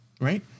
Right